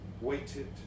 weighted